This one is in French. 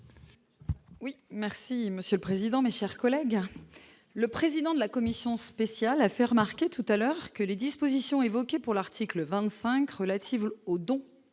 Merci monsieur le président, mes chers collègues, le président de la Commission spéciale, a fait remarquer tout à l'heure que les dispositions évoquées pour l'article 25 relatives au don